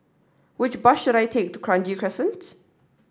which bus should I take to Kranji Crescent